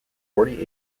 forty